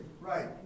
Right